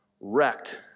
wrecked